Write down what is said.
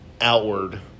outward